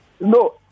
No